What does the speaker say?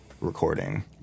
recording